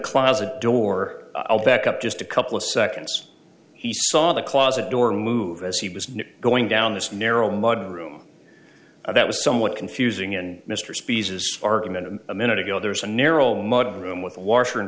closet door back up just a couple of seconds he saw the closet door move as he was going down this narrow mud room that was somewhat confusing and mr specious argument and a minute ago there was a narrow mud room with a washer and